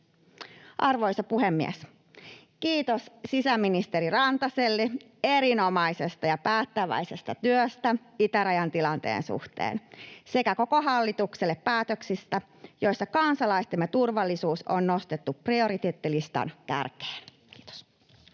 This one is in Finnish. Arvoisa puhemies! Kiitos sisäministeri Rantaselle erinomaisesta ja päättäväisestä työstä itärajan tilanteen suhteen sekä koko hallitukselle päätöksistä, joissa kansalaistemme turvallisuus on nostettu prioriteettilistan kärkeen. — Kiitos.